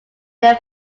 their